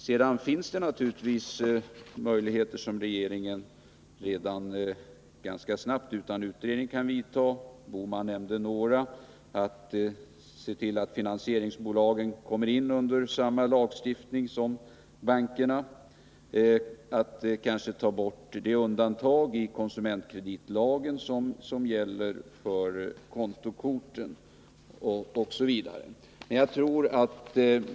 Sedan finns det naturligtvis åtgärder som regeringen kan vidta ganska snabbt utan utredning. Gösta Bohman nämnde några, t.ex. att se till att finansieringsbolagen kommer in under samma lagstiftning som bankerna och att ta bort det undantag i konsumentkreditlagen som gäller kontokorten.